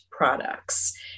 Products